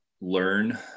learn